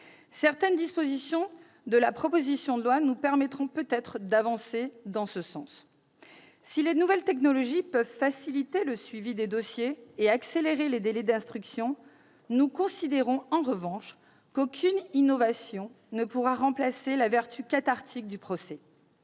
Certaines dispositions de la proposition de loi nous permettront peut-être d'avancer dans ce sens. Si les nouvelles technologies peuvent faciliter le suivi des dossiers et accélérer les délais d'instruction, nous considérons, en revanche, qu'aucune innovation ne pourra remplacer la vertu cathartique du procès.